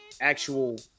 actual